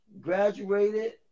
graduated